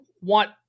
want